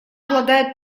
обладает